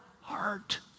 heart